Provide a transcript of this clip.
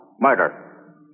Murder